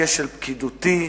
כשל פקידותי,